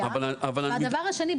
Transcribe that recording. אבל מבחינתי --- והדבר השני,